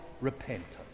repentance